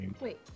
Wait